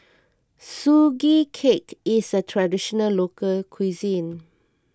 Sugee Cake is a Traditional Local Cuisine